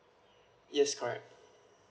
yes correct